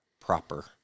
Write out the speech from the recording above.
proper